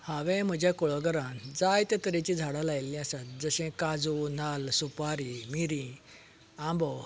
हावें म्हज्या कुळाघरांत जायते तरेचीं झाडां लायिल्लीं आसात जशे काजू नाल्ल सुपारी मिरी आंबो